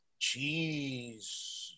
Jeez